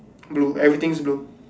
blue everything's blue